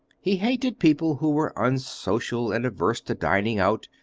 he hated people who were unsocial and averse to dining out,